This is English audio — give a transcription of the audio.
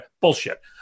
Bullshit